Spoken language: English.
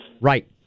Right